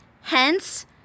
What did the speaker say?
Hence